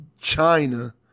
China